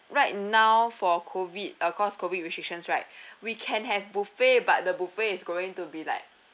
right now for a COVID uh cause COVID restrictions right we can have buffet but the buffet is going to be like